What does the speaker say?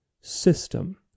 system